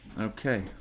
Okay